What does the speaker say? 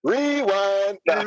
Rewind